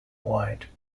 wide